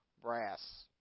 brass